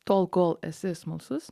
tol kol esi smalsus